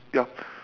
yup